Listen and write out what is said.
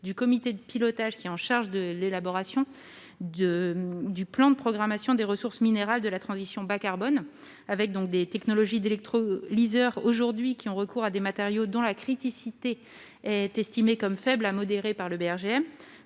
du comité de pilotage chargé de l'élaboration du plan de programmation des ressources minérales de la transition bas carbone. Les technologies d'électrolyseurs ont aujourd'hui recours à des matériaux dont la criticité est jugée faible à modérée par le Bureau